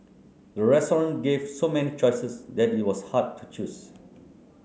the restaurant gave so many choices that it was hard to choose